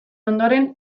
ondoren